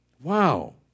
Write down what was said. Wow